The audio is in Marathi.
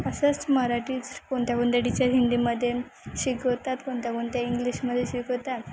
असंच मराठीच कोणत्या कोणत्या टीचर हिंदीमध्ये शिकवतात कोणत्या कोणत्या इंग्लिशमध्ये शिकवतात